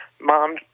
mom